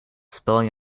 spelling